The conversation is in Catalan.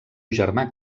germà